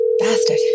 Bastard